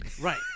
Right